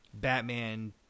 Batman